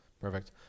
Perfect